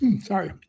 Sorry